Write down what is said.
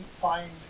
find